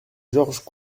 georges